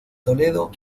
toledo